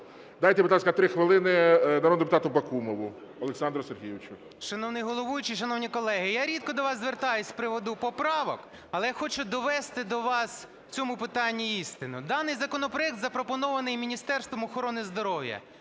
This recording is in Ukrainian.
Дайте, будь ласка, 3 хвилини народному депутату Бакумову Олександру Сергійовичу.